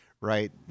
right